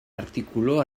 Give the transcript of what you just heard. artikulu